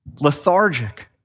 lethargic